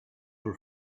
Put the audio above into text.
were